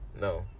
no